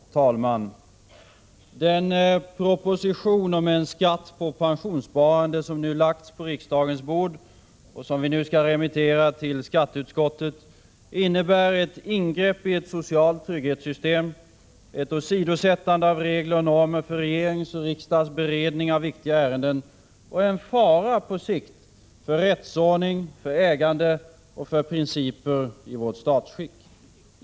Herr talman! Den proposition om en skatt på pensionssparande som nu lagts på riksdagens bord — och som vi skall remittera till skatteutskottet — innebär ett ingrepp i ett socialt trygghetssystem, ett åsidosättande av regler och normer för regerings och riksdags beredning av viktigare ärenden och en fara på sikt för rättsordning, ägande och principer i vårt statsskick.